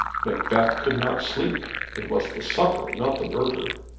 macbeth could not sleep. it was the supper, not the murder.